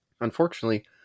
Unfortunately